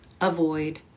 avoid